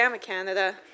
Canada